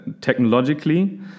technologically